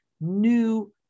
new